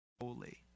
holy